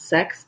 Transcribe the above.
Sex